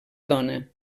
dona